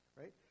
right